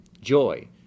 joy